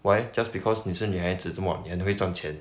why just because 你是女孩子着么你很会赚钱